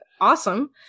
awesome